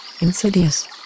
insidious